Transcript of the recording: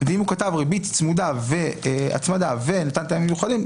אם הוא כתב ריבית צמודה והצמדה ונתן טעמים מיוחדים,